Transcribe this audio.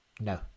No